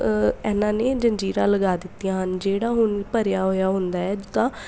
ਇਹਨਾਂ ਨੇ ਜੰਜੀਰਾਂ ਲਗਾ ਦਿੱਤੀਆਂ ਹਨ ਜਿਹੜਾ ਹੁਣ ਭਰਿਆ ਹੋਇਆ ਹੁੰਦਾ ਹੈ ਜਿੱਦਾਂ